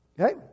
Okay